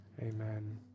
Amen